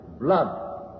blood